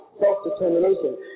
self-determination